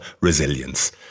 resilience